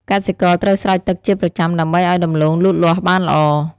កសិករត្រូវស្រោចទឹកជាប្រចាំ ដើម្បីឱ្យដំឡូងលូតលាស់បានល្អ។